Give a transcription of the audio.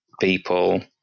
people